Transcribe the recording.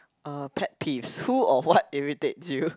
uh pet peeves who or what irritates you